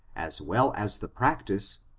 as well as the practice,